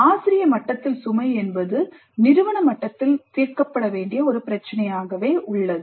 ஆசிரிய மட்டத்தில் சுமை என்பது நிறுவன மட்டத்தில் தீர்க்கப்பட வேண்டிய ஒரு பிரச்சினையாகவே உள்ளது